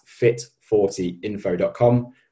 fit40info.com